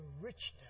richness